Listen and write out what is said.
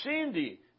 Cindy